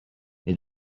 nei